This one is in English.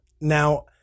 Now